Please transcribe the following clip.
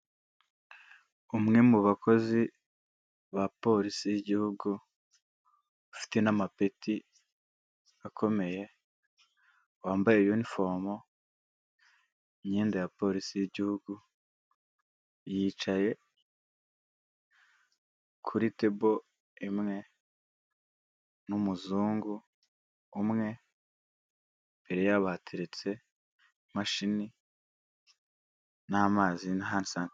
Umwe mu bakozi ba polisi y'igihugu bafite n'amapeti akomeye, wambaye unifomu imyenda ya polisi y'igihugu. Yicaye kuri tebo imwe n'umuzungu umwe imbere, yabo hateretse imashini n'amazi na handi sanitayiza.